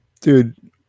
dude